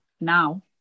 now